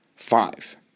five